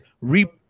reap